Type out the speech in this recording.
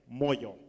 Moyo